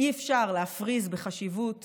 אי-אפשר להפריז בחשיבות